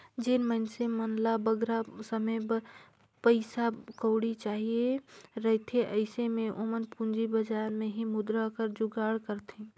जेन मइनसे मन ल बगरा समे बर पइसा कउड़ी चाहिए रहथे अइसे में ओमन पूंजी बजार में ही मुद्रा कर जुगाड़ करथे